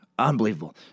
Unbelievable